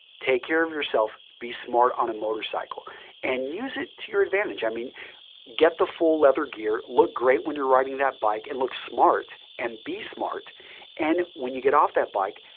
take care of yourself. be smart on a motorcycle and use it to your advantage. i mean get the full leather gear. look great when youire riding that bike and look smart and be smart and when you get off that bike,